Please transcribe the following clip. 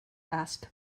ask